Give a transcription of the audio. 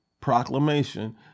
proclamation